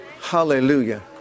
Hallelujah